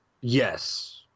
Yes